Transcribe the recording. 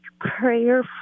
prayer